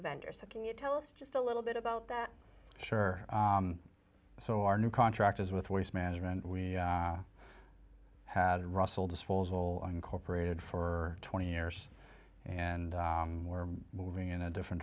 vendor so can you tell us just a little bit about that sure so our new contract is with waste management we had russell disposal incorporated for twenty years and we're moving in a different